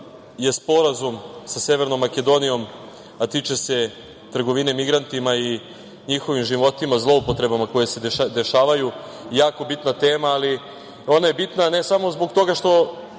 je sporazum sa Severnom Makedonijom a tiče se trgovine migrantima i njihovim životima, zloupotrebama koje se dešavaju, jako bitna tema, ali ona je bitna ne samo zbog toga što